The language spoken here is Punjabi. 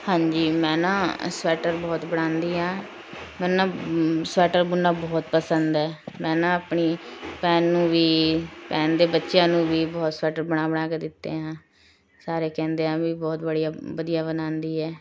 ਹਾਂਜੀ ਮੈਂ ਨਾ ਸਵੈਟਰ ਬਹੁਤ ਬਣਾਉਂਦੀ ਹਾਂ ਮੈਨੂੰ ਨਾ ਸਵੈਟਰ ਬੁਣਨਾ ਬਹੁਤ ਪਸੰਦ ਹੈ ਮੈਂ ਨਾ ਆਪਣੀ ਭੈਣ ਨੂੰ ਵੀ ਭੈਣ ਦੇ ਬੱਚਿਆਂ ਨੂੰ ਵੀ ਬਹੁਤ ਸਵੈਟਰ ਬਣਾ ਬਣਾ ਕੇ ਦਿੱਤੇ ਆ ਸਾਰੇ ਕਹਿੰਦੇ ਆ ਵੀ ਬਹੁਤ ਵੜੀਆ ਵਧੀਆ ਬਨਾਉਂਦੀ ਹੈ